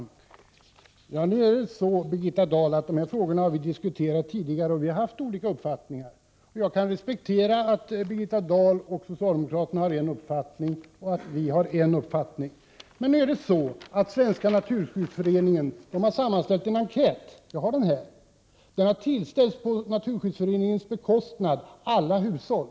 Herr talman! Vi har, Birgitta Dahl, diskuterat dessa frågor tidigare, och vi har haft olika uppfattningar. Jag kan respektera att Birgitta Dahl och socialdemokraterna har en uppfattning och att vi har en annan. Svenska naturskyddsföreningen har emellertid sammanställt en enkät, som jag har här. På Naturskyddsföreningens bekostnad tillställdes den alla hushåll.